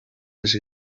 els